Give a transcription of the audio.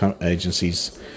agencies